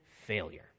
failure